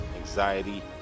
anxiety